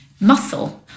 muscle